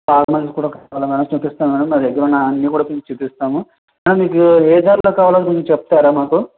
formals కూడా కావాలా madam చూపిస్తాను మేడం మా దగ్గర ఉన్న అన్నీ కూడా చూపిస్తాము మేడం మీకు ఏ ధరలో కావాలి కొంచెం చెప్తారా మాకు